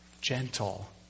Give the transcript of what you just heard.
Gentle